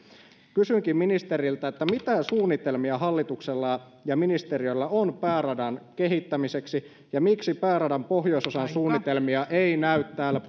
kysynkin ministeriltä mitä suunnitelmia hallituksella ja ministeriöllä on pääradan kehittämiseksi ja miksi pääradan pohjoisosan suunnitelmia ei näy täällä